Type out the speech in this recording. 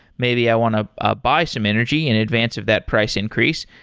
maybe i want to ah buy some energy in advance of that price increase,